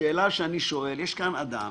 יש כאן אדם